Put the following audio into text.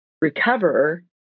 recover